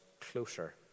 closer